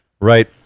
Right